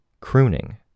Crooning